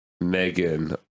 Megan